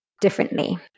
differently